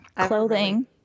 clothing